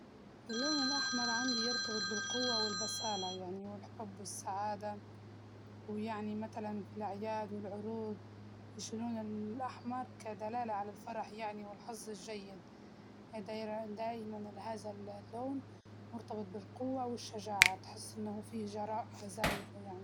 اللون الأحمر عندي يرتبط بالقوة والبسالة يعني والحب والسعادة، ويعني متلاً في الأعياد والعروض يشيلون ال- الأحمر كدلالة على الفرح يعني والحظ الجيدـ هدا دايماً لهزا ال- اللون مرتبط بالقوة والشجاعة تحس إنه هو فيه جرائة زايدة يعني.